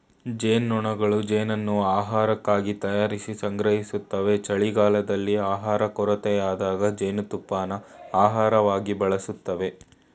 ಜೇನ್ನೊಣಗಳು ಜೇನನ್ನು ಆಹಾರಕ್ಕಾಗಿ ತಯಾರಿಸಿ ಸಂಗ್ರಹಿಸ್ತವೆ ಚಳಿಗಾಲದಲ್ಲಿ ಆಹಾರ ಕೊರತೆಯಾದಾಗ ಜೇನುತುಪ್ಪನ ಆಹಾರವಾಗಿ ಬಳಸ್ತವೆ